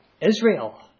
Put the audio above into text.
Israel